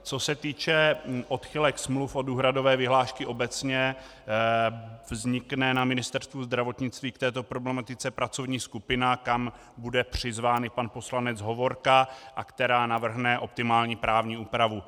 Co se týče odchylek smluv od úhradové vyhlášky obecně, vznikne na Ministerstvu zdravotnictví k této problematice pracovní skupina, kam bude přizván i pan poslanec Hovorka a která navrhne optimální právní úpravu.